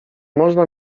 można